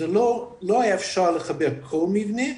זה לא היה אפשר לחבר כל מבנים,